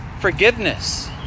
forgiveness